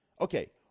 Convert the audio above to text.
Okay